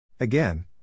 Again